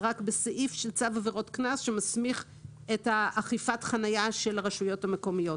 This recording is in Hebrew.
בסעיף של צו עבירות קנס שמסמיך את אכיפת החניה של הרשויות המקומיות.